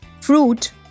Fruit